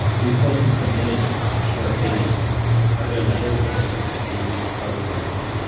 we've posted some images and short videos are there letters that were particularly problematic?